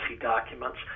documents